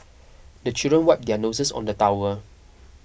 the children wipe their noses on the towel